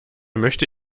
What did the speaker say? möchte